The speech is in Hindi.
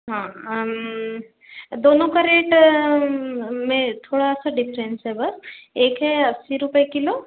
हाँ दोनों के रेट में थोड़ा सा डिफरेंस है बस एक है अस्सी रुपये किलो